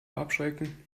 abschrecken